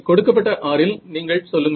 கொடுக்கப்பட்ட r இல் நீங்கள் சொல்லுங்கள்